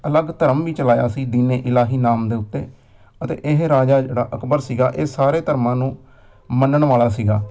ਅਲੱਗ ਧਰਮ ਵੀ ਚਲਾਇਆ ਸੀ ਦੀਨੇ ਇਲਾਹੀ ਨਾਮ ਦੇ ਉੱਤੇ ਅਤੇ ਇਹ ਰਾਜਾ ਜਿਹੜਾ ਅਕਬਰ ਸੀਗਾ ਇਹ ਸਾਰੇ ਧਰਮਾਂ ਨੂੰ ਮੰਨਣ ਵਾਲਾ ਸੀਗਾ